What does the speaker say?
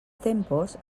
tempos